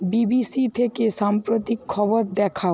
BBC থেকে সাম্প্রতিক খবর দেখাও